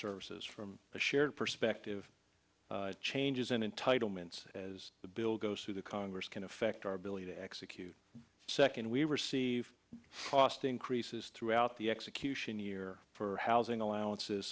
services from a shared perspective changes in entitlements as the bill goes through the congress can affect our ability to execute second we receive cost increases throughout the execution year for housing allowances